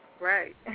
Right